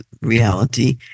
reality